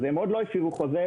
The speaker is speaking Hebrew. אז הם עוד לא הפעילו חוזה.